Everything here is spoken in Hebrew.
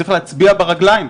צריך להצביע ברגליים,